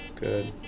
Good